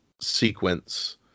sequence